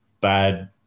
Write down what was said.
bad